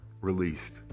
released